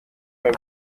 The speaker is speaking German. beim